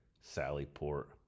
Sallyport